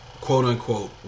quote-unquote